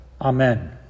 amen